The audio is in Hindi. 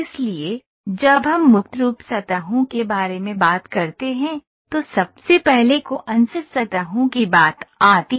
फ्री फॉर्म सर्फेसेज इसलिए जब हम फ्री फॉर्म सर्फेसेज के बारे में बात करते हैं तो सबसे पहले कॉन्स सतहों की बात आती है